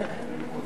למשל